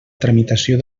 tramitació